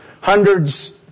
hundreds